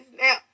now